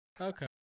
Okay